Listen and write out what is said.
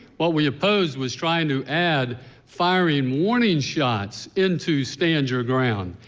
what we opposed was trying to add firing warning shots into stand your ground.